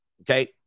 okay